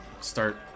start